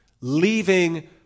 leaving